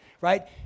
right